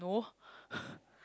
no